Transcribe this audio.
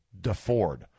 DeFord